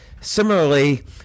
similarly